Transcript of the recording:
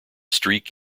streak